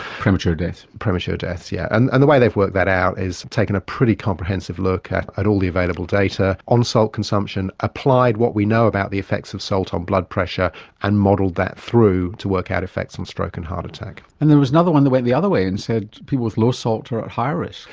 premature deaths. premature deaths, yeah yes. and the way they've worked that out is taken a pretty comprehensive look at at all the available data on salt consumption, applied what we know about the effects of salt on blood pressure and modelled that through to work out effects on stroke and heart attack. and there was another one that went the other way and said people with low salt are at higher risk.